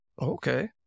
Okay